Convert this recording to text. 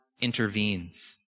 intervenes